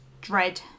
dread